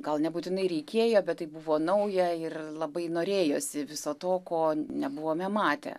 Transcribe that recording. gal nebūtinai reikėjo bet tai buvo nauja ir labai norėjosi viso to ko nebuvome matę